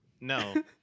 No